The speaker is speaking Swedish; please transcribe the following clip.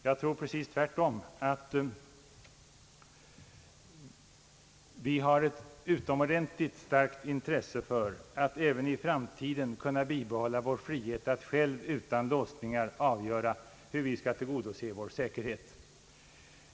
Jag tror att vi har ett utomordentligt starkt intresse att även i framtiden kunna bibehålla vår frihet att själva utan låsningar avgöra hur vi skall tillgodose vår säkerhet.